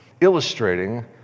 Illustrating